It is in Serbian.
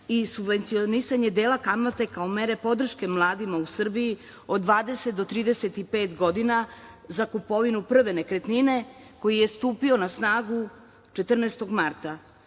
i subvencionisanje dela kamate kao mere podrške mladima u Srbiji od 20 do 35 godina, za kupovinu prve nekretnine koji je stupio na snagu 14. marta.